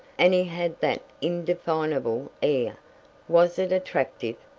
and he had that indefinable air was it attractive,